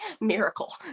miracle